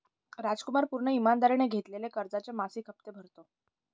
रामकुमार पूर्ण ईमानदारीने घेतलेल्या कर्जाचे मासिक हप्ते भरतो